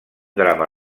drama